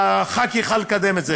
חבר הכנסת יוכל לקדם את זה.